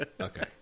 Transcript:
Okay